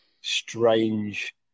strange